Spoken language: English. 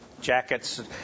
jackets